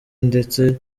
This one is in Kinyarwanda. ndetse